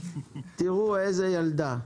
תראו איזו ילדה.